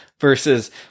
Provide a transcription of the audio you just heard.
versus